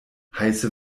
heiße